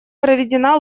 проведена